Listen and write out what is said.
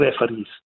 referees